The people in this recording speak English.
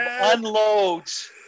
unloads